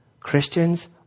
Christians